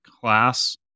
class